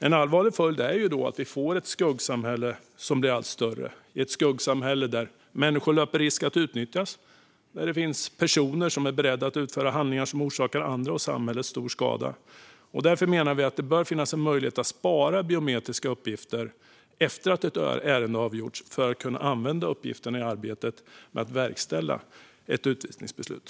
En allvarlig följd är att vi får ett skuggsamhälle som blir allt större. Vi får ett skuggsamhälle där människor löper risk att utnyttjas och där det finns personer som är beredda att utföra handlingar som orsakar andra och samhället stor skada. Därför menar vi att det bör finnas en möjlighet att spara biometriska uppgifter efter att ett ärende har avgjorts för att kunna använda uppgifterna i arbetet med att verkställa ett utvisningsbeslut.